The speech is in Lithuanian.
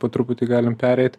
po truputį galim pereit